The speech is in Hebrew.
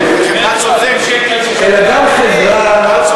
ושל מאבק חסר פשרות בהון השחור,